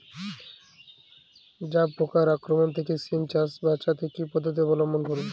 জাব পোকার আক্রমণ থেকে সিম চাষ বাচাতে কি পদ্ধতি অবলম্বন করব?